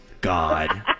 God